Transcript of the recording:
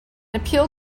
appeal